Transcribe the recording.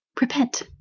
repent